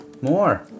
More